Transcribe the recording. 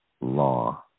law